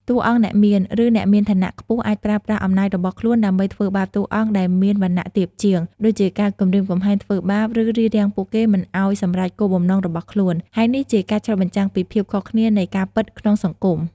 តួអង្គអ្នកមាន ឬអ្នកមានឋានៈខ្ពស់អាចប្រើប្រាស់អំណាចរបស់ខ្លួនដើម្បីធ្វើបាបតួអង្គដែលមានវណ្ណៈទាបជាង ដូចជាការគំរាមកំហែង ធ្វើបាប ឬរារាំងពួកគេមិនឱ្យសម្រេចគោលបំណងរបស់ខ្លួន ហើយនេះជាការឆ្លុះបញ្ចាំងពីភាពខុសគ្នានៃការពិតក្នុងសង្គម។